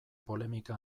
polemika